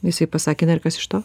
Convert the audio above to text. jisai pasakė na ir kas iš to